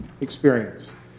experience